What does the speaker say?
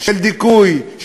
של דיכוי,